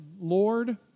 Lord